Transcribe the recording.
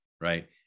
right